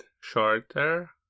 shorter